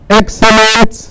excellent